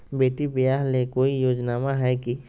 बेटी ब्याह ले कोई योजनमा हय की?